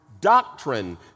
doctrine